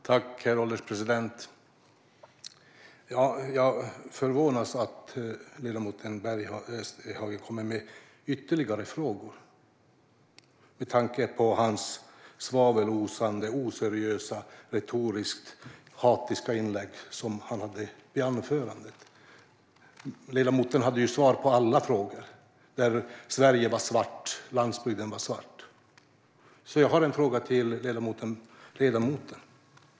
Herr ålderspresident! Jag förvånas över att ledamoten Bergheden kommer med ytterligare frågor, med tanke på hans svavelosande, oseriösa och retoriskt hatiska anförande. Ledamoten hade ju svar på alla frågor. Sverige och landsbygden var svart. Jag har en fråga till ledamoten.